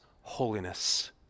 holiness